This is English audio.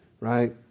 right